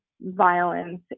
violence